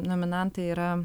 nominantai yra